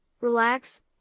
relax